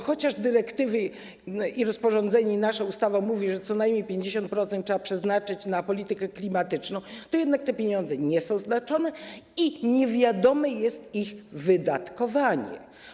Chociaż dyrektywy, rozporządzenie i nasza ustawa mówią, że co najmniej 50% trzeba przeznaczyć na politykę klimatyczną, to jednak te pieniądze nie są znaczone i niewiadome jest ich wydatkowanie.